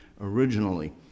originally